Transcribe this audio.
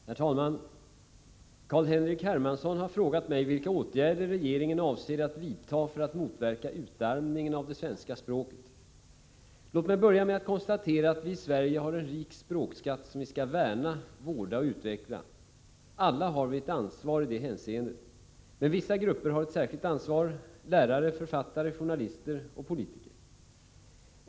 Herr talman! Carl-Henrik Hermansson har frågat mig vilka åtgärder regeringen avser att vidta för att motverka utarmningen av det svenska språket. Låt mig börja med att konstatera att vi i Sverige har en rik språkskatt som vi skall värna, vårda och utveckla. Alla har vi ett ansvar i detta hänseende. Men vissa grupper har ett särskilt ansvar: lärare, författare, journalister — och politiker.